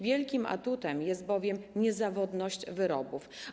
Wielkim atutem jest bowiem niezawodność wyrobów.